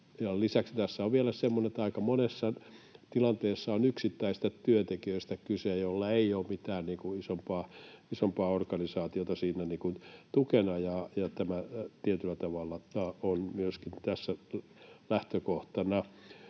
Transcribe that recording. Lisäksi tässä on vielä semmoinen, että aika monessa tilanteessa on kyse yksittäisestä työntekijästä, jolla ei ole mitään isompaa organisaatiota siinä tukena. Myöskin tämä tietyllä tavalla on tässä lähtökohtana.